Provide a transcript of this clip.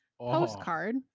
postcard